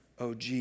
OG